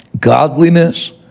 Godliness